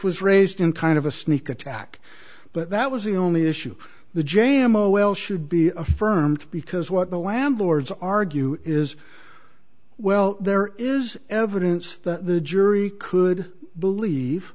was raised in kind of a sneak attack but that was the only issue the jamma well should be affirmed because what the landlords argue is well there is evidence that the jury could believe